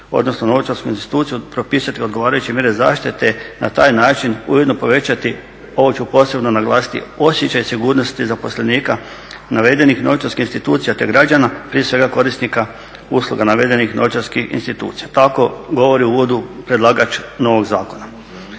odnosno novčarsku instituciju propisati odgovarajuće mjere zaštite te na taj način ujedno povećati, ovo ću posebno naglasiti, osjećaj sigurnosti zaposlenika navedenih novčarskih institucija te građana prije svega korisnika usluga navedenih novčarskih institucija. Tako govori u uvodu predlagač novog zakona.